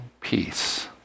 peace